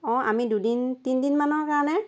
অঁ আমি দুদিন তিনদিনমানৰ কাৰণে